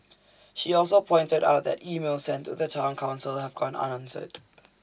she also pointed out that emails sent to the Town Council have gone unanswered